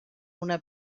una